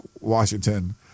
Washington